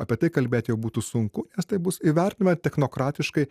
apie tai kalbėti jau būtų sunku nes tai bus įvertinama technokratiškai